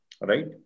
right